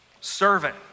Servant